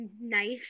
nice